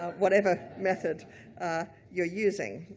whatever method you're using.